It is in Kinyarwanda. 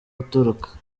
gutoroka